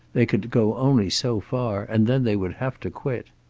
they could go only so far, and then they would have to quit.